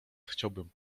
chciałbym